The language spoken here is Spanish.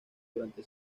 durante